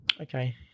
Okay